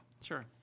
Sure